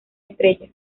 estrella